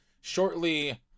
shortly